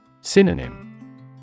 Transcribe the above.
Synonym